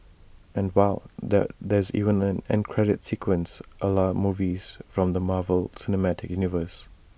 and wow there there's even an end credit sequence A la movies from the Marvel cinematic universe